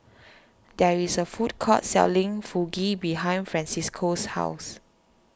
there is a food court selling Fugu behind Francisco's house